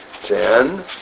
Ten